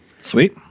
Sweet